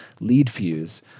LeadFuse